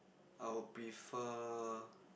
I would prefer